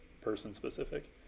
person-specific